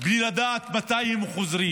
בלי לדעת מתי הם חוזרים,